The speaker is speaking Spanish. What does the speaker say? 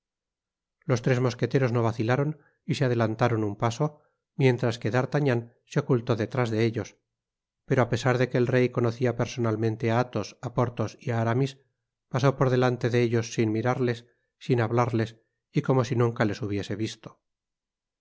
los tres mosqueteros no vacilaron y se adelantaron un paso mientras que d'artagnan se ocultó detrás de ellos pero apesar de que el rey conocía personalmente á albos á porthos y á aramis pasó por delante de ellos sin mirarles sin hablarles y como si nunca les hubiese visto con